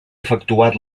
efectuat